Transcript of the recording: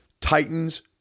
Titans